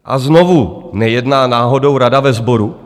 A znovu nejedná náhodou rada ve sboru?